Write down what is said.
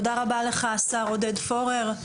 תודה רבה לשר עודד פורר,